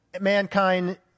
Mankind